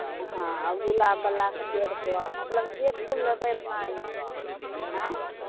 हॅं आ गुलाब बलाके डेढ़ सए मतलब जे फूल लेबै अपना ऑंय